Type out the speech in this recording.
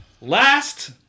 last